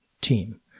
team